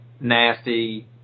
nasty